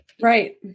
Right